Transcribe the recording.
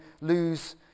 lose